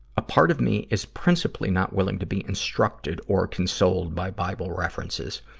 a part of me is principally not willing to be instructed or consoled by bible references.